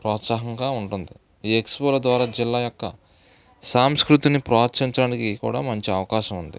ప్రోత్సాహంగా ఉంటుంది ఈ ఎక్స్పోల ద్వారా జిల్లా యొక్క సాంస్కృతిని ప్రోత్సహించడానికి కూడా మంచి అవకాశం ఉంది